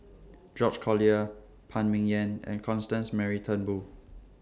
George Collyer Phan Ming Yen and Constance Mary Turnbull